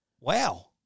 Wow